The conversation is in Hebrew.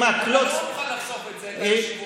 אתה לא מוכן לחשוף את זה לציבור.